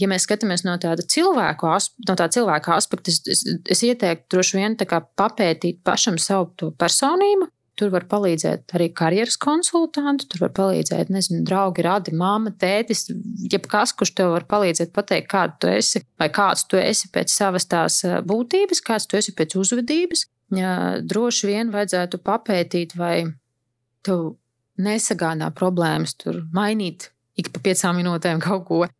Ja mēs skatāmies no tāda cilvēku asp- no tā cilvēka aspekta, es- es- es ieteiktu droši vien tā kā papētīt pašam savu to personību. Tur var palīdzēt arī karjeras konsultantu, tur var palīdzēt, nezinu, draugi, radi, mamma, tētis. Jebkas, kurš tev var palīdzēt pateikt, kāda tu esi vai kāds tu esi pēc savas tās, ah, būtības, kāds tu esi pēc uzvedības. Ja droši vien vajadzētu papētīt, vai tev nesagādā problēmas tur mainīt ik pa piecām minūtēm kaut ko.